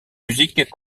musique